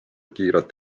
kiiret